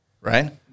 right